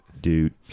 Dude